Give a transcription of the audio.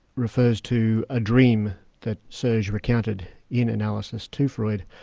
refers to a dream that sergei recounted in analysis to freud,